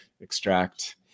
extract